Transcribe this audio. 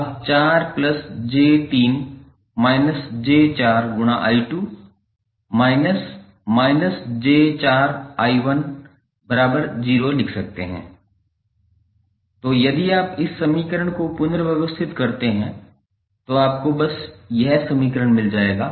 आप 4j3−j4I2 −−j4I1 0 लिख सकते है तो यदि आप इस समीकरण को पुनर्व्यवस्थित करते हैं तो आपको बस यह समीकरण मिल जाएगा